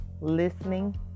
listening